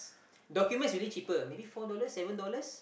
documents really cheaper maybe four dollars seven dollars